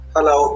Hello